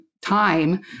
time